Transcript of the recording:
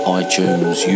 iTunes